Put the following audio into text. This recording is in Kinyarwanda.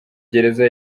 gereza